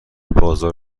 بازار